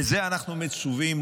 בזה אנחנו מצווים,